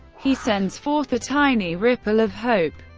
he sends forth a tiny ripple of hope.